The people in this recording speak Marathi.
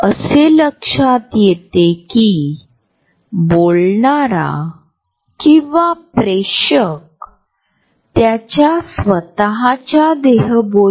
कदाचित मी प्रयत्न करेन आणि तुमच्याशी संपर्क साधेल